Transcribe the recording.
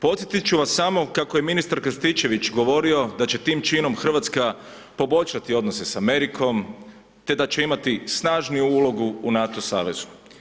Podsjetit ću vas samo kako je ministar Krstičević govorio da će tim činom Hrvatska poboljšati odnose sa Amerikom te da će imati snažniju ulogu u NATO savezu.